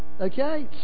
Okay